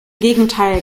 gegenteil